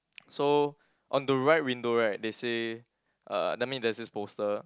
so on the right window right they say uh that mean there's this poster